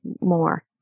more